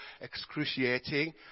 excruciating